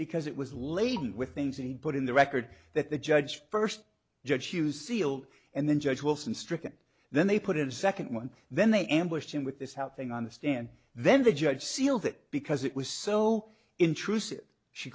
because it was laden with things and he put in the record that the judge first judge hughes sealed and then judge wilson stricken then they put it a second one then they ambushed him with this how thing on the stand then the judge sealed it because it was so intrusive she